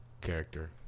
character